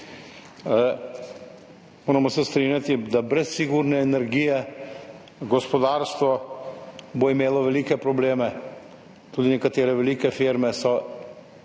Moramo se strinjati, da bo brez sigurne energije gospodarstvo imelo velike probleme. Tudi nekatere velike firme so